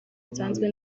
nsanzwe